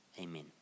Amen